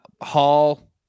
Hall